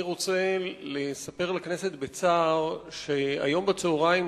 אני רוצה לספר לכנסת בצער שהיום בצהריים